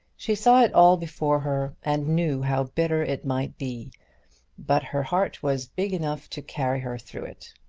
she saw it all before her, and knew how bitter it might be but her heart was big enough to carry her through it.